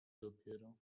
dopiero